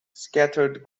scattered